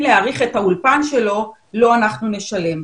להאריך את האולפן שלו לו אנחנו נשלם,